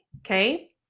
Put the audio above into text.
okay